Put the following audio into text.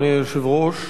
אדוני היושב-ראש,